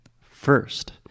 First